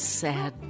sad